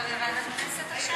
התשע"ז 2016,